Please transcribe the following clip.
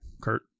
Kurt